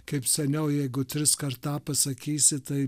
kaip seniau jeigu tris kart tą pasakysi tai